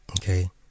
Okay